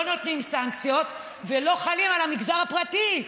נותנים סנקציות ולא חלים על המגזר הפרטי.